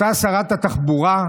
אותה שרת התחבורה,